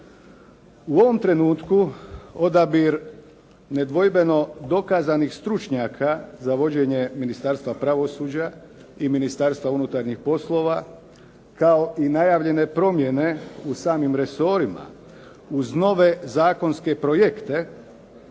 U ovom trenutku odabir nedvojbeno dokazanih stručnjaka za vođenje Ministarstva pravosuđa i Ministarstva unutarnjih poslova, kao i najavljene promjene u samim resorima uz nove zakonske projekte,